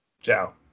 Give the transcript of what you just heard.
Ciao